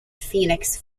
phoenix